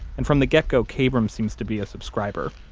and from the get-go, kabrahm seems to be a subscriber.